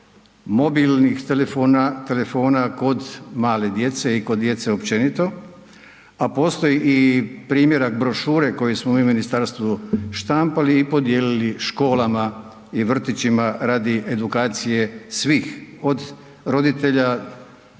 telefona, telefona kod male djece i kod djece općenito, a postoji i primjerak brošure koji smo mi u Ministarstvu štampali i podijelili školama, i vrtićima radi edukacije svih, od roditelja,